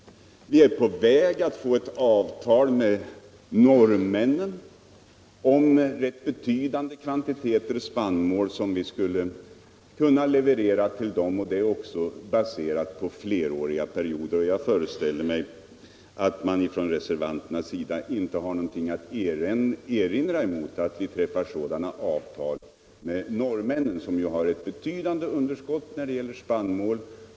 Vi är på väg att få ett avtal med norrmännen om rätt betydande kvantiteter spannmål, som vi skulle kunna leverera till dem. Där gäller det också fleråriga perioder. Jag föreställer mig att reservanterna inte har någonting att erinra emot att vi träffar sådana avtal med norrmännen, som ju har ett betydande underskott av spannmål.